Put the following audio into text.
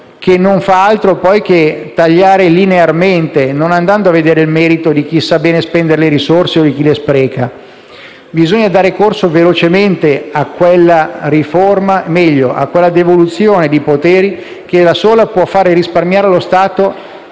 che non fa altro che tagliare linearmente, senza andare a vedere il merito di chi sa ben spenderle o di chi le spreca. Bisogna dar corso velocemente a quella riforma o meglio, a una devoluzione di poteri che da sola può far risparmiare allo Stato